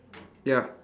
ya